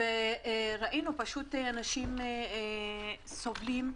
וראינו שאנשים סובלים.